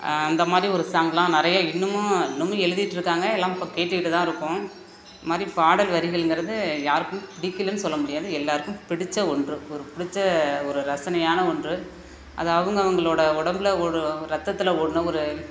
அந்தமாதிரி ஒரு சாங் எல்லாம் நிறைய இன்னமும் இன்னமும் எழுதிட்டுருக்காங்க எல்லாம் இப்போ கேட்டுக்கிட்டு தான் இருக்கோம் இதுமாதிரி பாடல் வரிகள்கிறது யாருக்கும் பிடிக்கலன்னு சொல்லமுடியாது எல்லாருக்கும் பிடித்த ஒன்று ஒரு பிடித்த ஒரு ரசனையான ஒன்று அது அவங்க அவங்களோட உடம்பில் ஓடும் ரத்தத்தில் ஓடின ஒரு